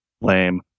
Lame